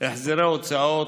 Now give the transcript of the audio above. החזרי הוצאות,